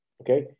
Okay